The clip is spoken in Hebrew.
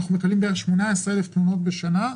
אנחנו מקבלים כ-18,000 תלונות בשנה.